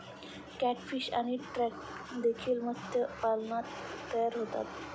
catfish आणि trout देखील मत्स्यपालनात तयार होतात